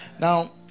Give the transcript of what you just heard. now